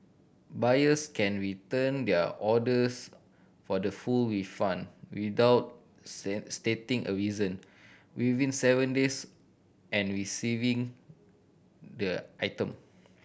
buyers can return their orders for the full refund without stating a reason within seven days and receiving the item